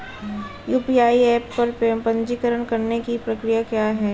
UPI app पर पंजीकरण करने की प्रक्रिया क्या है?